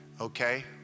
okay